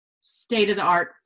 state-of-the-art